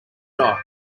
dock